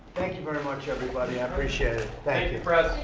thank you very much everybody. i appreciate it. thank you.